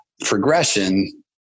progression